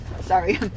sorry